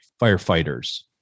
firefighters